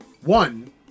one